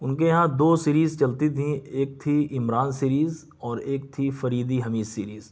ان کے یہاں دو سیریز چلتی تھیں ایک تھی عمران سیریز اور ایک تھی فریدی حمید سیریز